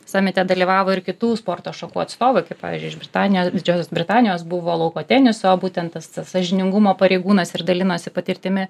samite dalyvavo ir kitų sporto šakų atstovai kaip pavyzdžiui iš britanijos didžiosios britanijos buvo lauko teniso būtent tas tas sąžiningumo pareigūnas ir dalinosi patirtimi